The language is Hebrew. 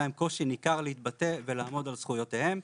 להם קושי ניכר להתבטא ולעמוד על זכויותיהם,